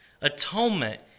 Atonement